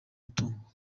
mutungo